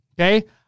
Okay